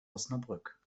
osnabrück